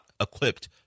equipped